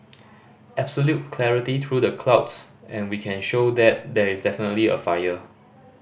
absolute clarity through the clouds and we can show that there is definitely a fire